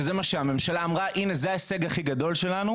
שזה מה שהממשלה אמרה שזה ההישג הכי גדול שלה,